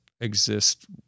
exist